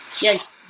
Yes